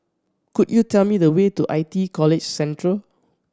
could you tell me the way to I T E College Central